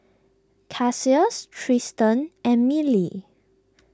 Cassius Tristen and Mylie